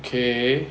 okay